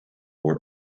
were